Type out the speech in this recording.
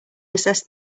assessed